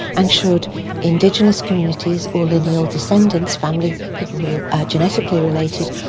and should indigenous communities or lineal descendants, family, people who are genetically related,